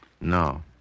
No